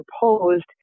proposed